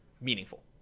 meaningful